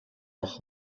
noch